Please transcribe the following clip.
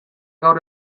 gaur